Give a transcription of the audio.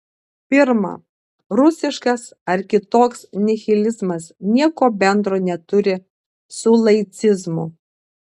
pirma rusiškas ar kitoks nihilizmas nieko bendro neturi su laicizmu